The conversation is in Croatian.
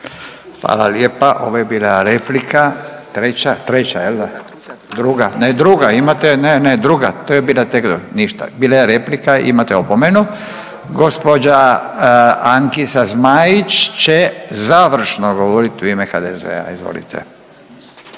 Hvala lijepa. Ovo je bila replika. Treća, treća, je l' da? Druga, ne, druga, imate, ne, ne, druga, to je bila tek druga. Ništa. Bila je replika, imate opomenu. Gđa Ankica Zmaić će završno govoriti u ime HDZ-a, izvolite.